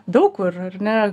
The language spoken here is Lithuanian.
daug kur ar ne